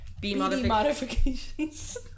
B-modifications